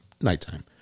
nighttime